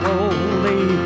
Holy